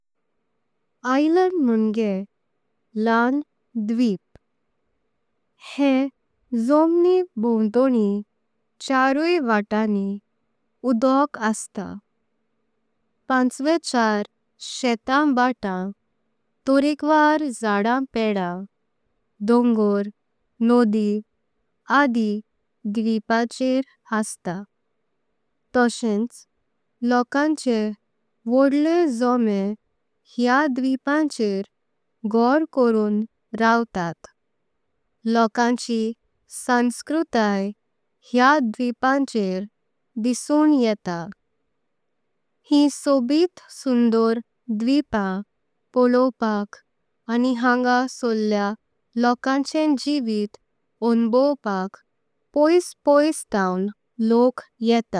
आयलैंड म्होंगे ल्हान द्वीप हे जोम्नी भोंव्तोण्णी। चारुई वत्तांनी उडोक अस्तां पांचवेंचार शेतां भाता। तोंरेकवार जड्डम पेड़ां डोंगर नदी आदी द्वीपांचेर अस्तां। तोंचेंच लोकांचे व्हडलें जोमे ह्या द्वीपांचेर घर करुणं रवतात। लोकांची संस्कृती ह्या द्वीपांचेर दिसून येता ही सोबीत। सुंदर द्वीप पॉलोवपांक आणि हांगा सोर्ल्या लोकांचे। जीवन अनुभवपाक पैश पैश थांय लोक येता।